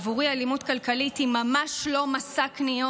עבורי אלימות כלכלית היא ממש לא מסע קניות.